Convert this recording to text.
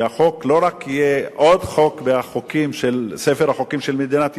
בכך שהחוק לא רק יהיה עוד חוק בספר החוקים של מדינת ישראל,